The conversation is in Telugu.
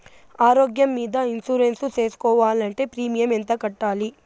ఆరోగ్యం మీద ఇన్సూరెన్సు సేసుకోవాలంటే ప్రీమియం ఎంత కట్టాలి?